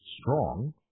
strong